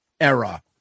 era